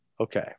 Okay